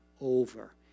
over